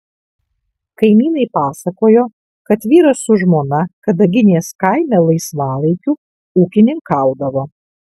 kaimynai pasakojo kad vyras su žmona kadaginės kaime laisvalaikiu ūkininkaudavo